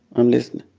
i'm listening.